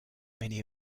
many